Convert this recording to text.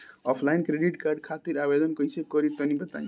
Offline credit card खातिर आवेदन कइसे करि तनि बताई?